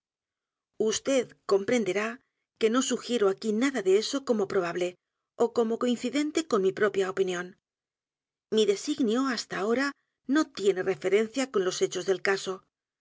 vd comprenderá que no sugiero aquí nada de eso como probable ó como coincidente con mi propia opinión mi designio hasta ahora no tiene referencia con los hechos del caso